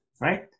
right